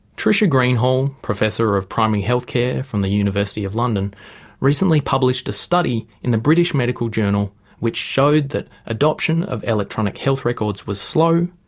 tricia greenhalgh, um professor of primary health care from the university of london recently published a study in the british medical journal which showed that adoption of electronic health records was slow,